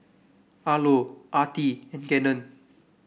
Arlo Artie and Gannon